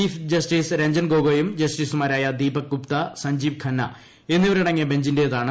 chief justice Ranjan ഗോഗോയും ജസ്റ്റീസുമായ ദീപക് ഗുപ്ത സഞ്ജീവ് ഖന്ന എന്നിവരടങ്ങിയ ബഞ്ചിന്റേതാണ്